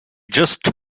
just